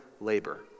labor